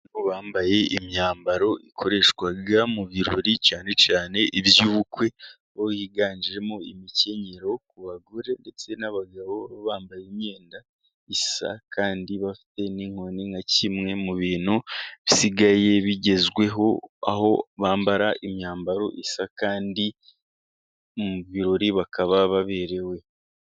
Aba bambaye imyambaro ikoreshwa mu birori cyane cyane iby'ubukwe, aho higanjemo imikenyero ku bagore, ndetse n'abagabo bambaye imyenda isakandi bafite n'inkoni nka kimwe mu bintu bisigaye bigezweho, aho bambara imyambaro isa kandi mu birori bakaba baberewe.